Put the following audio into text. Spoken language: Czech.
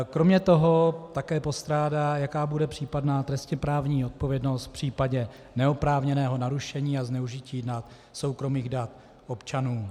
Kromě toho také postrádá, jaká bude případná trestněprávní odpovědnost v případě neoprávněného narušení a zneužití soukromých dat občanů.